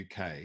uk